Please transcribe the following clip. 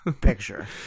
picture